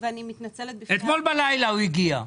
אתמול בלילה הוא הגיע.